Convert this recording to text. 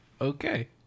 Okay